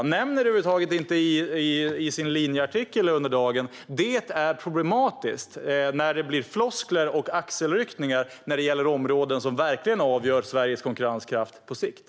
Hon nämner det över huvud taget inte i sitt linjetal under dagens debatt. Det är problematiskt med floskler och axelryckningar när det gäller områden som på sikt verkligen avgör Sveriges konkurrenskraft.